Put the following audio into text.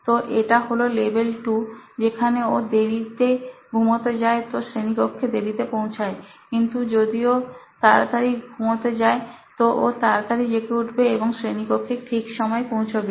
তো এটা হল লেভেল 2 যেখানে ও যখন দেরিতে ঘুমাতে যায় তো শ্রেণিকক্ষে দেরিতে পৌঁছায় কিন্তু যদিও তাড়াতাড়ি ঘুমোতে যায় তো ও তাড়াতাড়ি জেগে উঠবে এবং শ্রেণিকক্ষে ঠিক সময় পৌঁছবে